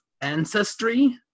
ancestry